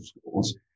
schools